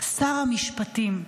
שר המשפטים,